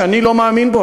שאני לא מאמין בו,